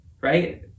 Right